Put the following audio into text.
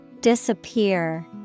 Disappear